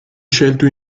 scelto